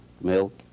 milk